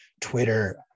Twitter